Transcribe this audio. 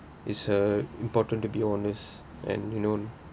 it's uh important to be honest and you know